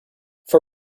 for